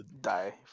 die